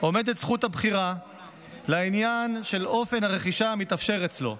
עומדת זכות הבחירה לעניין אופן הרכישה המתאפשר אצלו.